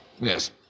Yes